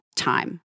time